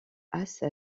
haas